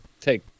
take